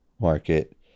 market